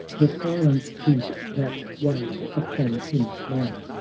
the silence deep, that weighed upon him long,